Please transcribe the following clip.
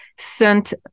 sent